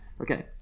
Okay